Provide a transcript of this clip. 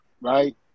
right